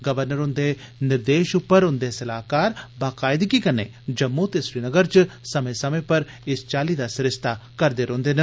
governor ह्न्दे निर्देश पर उन्दे सलाहकार बकायदगी कल्नै जम्मू ते श्रीनगर च समे समे पर इस चाली दा सरिस्ता करदे रोहन्दे न